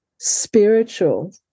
spiritual